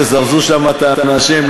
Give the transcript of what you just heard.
תזרזו שם את האנשים,